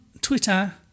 Twitter